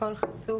הכול חשוף,